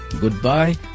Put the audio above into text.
Goodbye